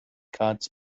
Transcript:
cuts